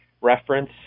reference